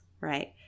right